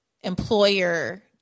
employer